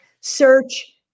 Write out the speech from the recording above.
search